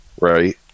right